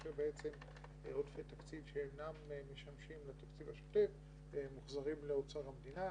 כאשר עודפי תקציב שאינם משמשים לתקציב השוטף מוחזרים לאוצר המדינה.